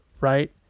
Right